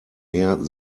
mehr